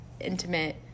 intimate